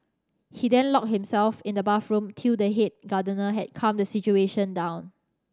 he then locked himself in the bathroom till the head gardener had calmed the situation down